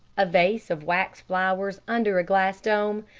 a vase of wax flowers under a glass dome,